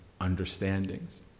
understandings